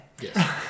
Yes